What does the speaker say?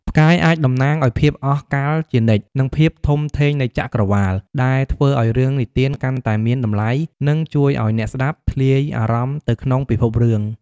ផ្កាយអាចតំណាងឲ្យភាពអស់កល្បជានិច្ច និងភាពធំធេងនៃចក្រវាឡ ដែលធ្វើឲ្យរឿងនិទានកាន់តែមានតម្លៃ និងជួយឲ្យអ្នកស្ដាប់ធ្លាយអារម្មណ៍ទៅក្នុងពិភពរឿង ។